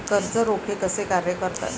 कर्ज रोखे कसे कार्य करतात?